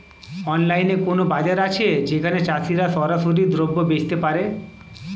অনলাইনে কোনো বাজার আছে যেখানে চাষিরা সরাসরি দ্রব্য বেচতে পারে?